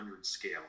scale